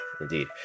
indeed